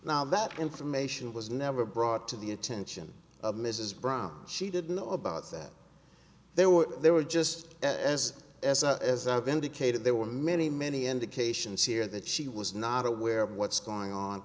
now that information was never brought to the attention of mrs brown she did know about that there were there were just as as i've indicated there were many many indications here that she was not aware of what's going on